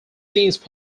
since